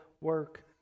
work